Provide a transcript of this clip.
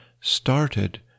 started